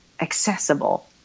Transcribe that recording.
accessible